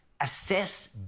assess